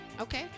Okay